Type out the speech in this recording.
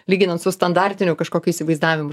lyginant su standartiniu kažkokiu įsivaizdavimu